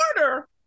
order